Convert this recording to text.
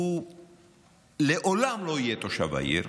הוא לעולם לא יהיה תושב העיר,